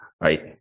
right